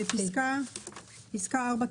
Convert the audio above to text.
פסקה (4)